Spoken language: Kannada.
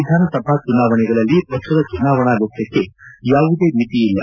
ವಿಧಾನಸಭಾ ಚುನಾವಣೆಗಳಲ್ಲಿ ಪಕ್ಷದ ಚುನಾವಣಾ ವೆಚ್ಚಕ್ಕೆ ಯಾವುದೇ ಮಿತಿಯಿಲ್ಲ